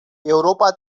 europa